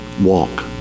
walk